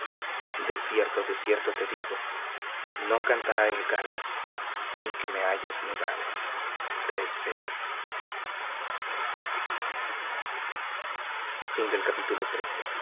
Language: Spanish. de cierto te digo no cantará el gallo sin que me hayas negado tres veces capítulo